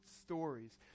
stories